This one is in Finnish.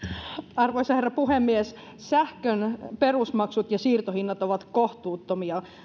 arvoisa herra puhemies sähkön perusmaksut ja siirtohinnat ovat kohtuuttomia